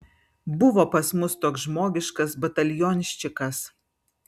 buvo pas mus toks žmogiškas batalionščikas